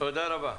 תודה רבה.